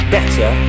Better